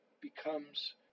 becomes